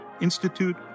Institute